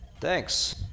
Thanks